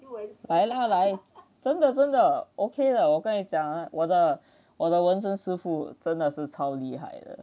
来啦来真的真的 okay 的我跟你讲我的我的纹身师傅真的是超厉害的